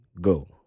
Go